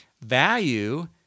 Value